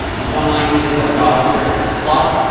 in some languages, like javascript, it's plus.